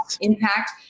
impact